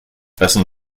wessen